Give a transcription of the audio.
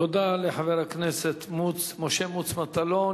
תודה לחבר הכנסת משה מטלון.